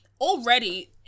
already